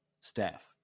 staff